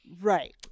Right